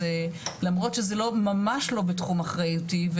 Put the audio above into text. אז למרות שזה לא ממש לא בתחום אחריותי,